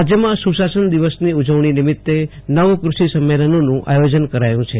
રાજ્યમાં સુશાસન દિવસની ઉજવણી નિમિત્તે નવ ક્રષિ સંમેલનનું આયોજન કરાયું છે